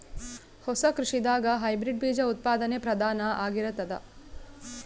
ಹೊಸ ಕೃಷಿದಾಗ ಹೈಬ್ರಿಡ್ ಬೀಜ ಉತ್ಪಾದನೆ ಪ್ರಧಾನ ಆಗಿರತದ